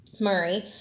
Murray